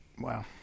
Wow